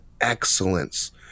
excellence